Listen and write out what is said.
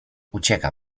ucieka